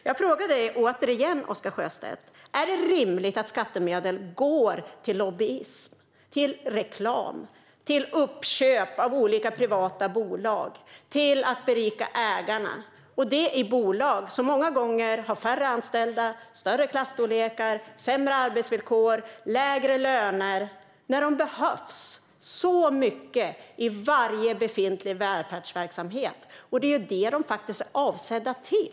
Jag frågar igen, Oscar Sjöstedt: Är det rimligt att skattemedel går till lobbyism och reklam, till uppköp av olika privata bolag och till att berika ägarna i bolag som många gånger har färre anställda, större klasstorlekar, sämre arbetsvillkor och lägre löner när skattemedlen behövs så väl i varje befintlig välfärdsverksamhet, vilket de ju faktiskt är avsedda för?